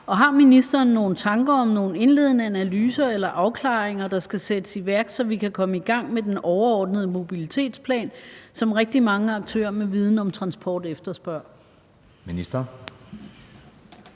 har ministeren nogle tanker om nogle indledende analyser eller afklaringer, der skal sættes i værk, så vi kan komme i gang med den overordnede mobilitetsplan, som rigtig mange aktører med viden om transport efterspørger?